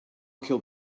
kill